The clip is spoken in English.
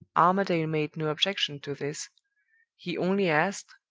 armadale made no objection to this he only asked,